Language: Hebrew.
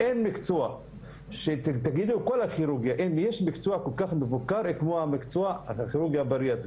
אין מקצוע בכל הכירורגיה הכללית שהוא מבוקר כמו הכירורגיה הבריאטרית.